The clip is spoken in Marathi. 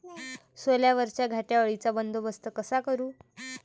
सोल्यावरच्या घाटे अळीचा बंदोबस्त कसा करू?